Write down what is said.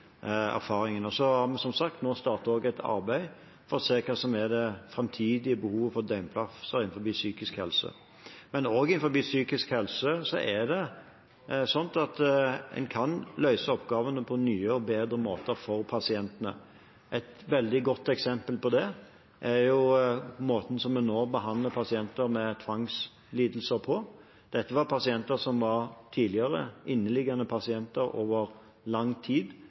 har vi nå startet et arbeid for å se hva som er det framtidige behovet for døgnplasser innenfor psykisk helse. Men også innen psykisk helse kan en løse oppgavene på nye og bedre måter for pasientene. Et veldig godt eksempel på det er måten en nå behandler pasienter med tvangslidelser på. Dette er pasienter som tidligere var inneliggende pasienter over lang tid,